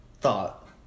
thought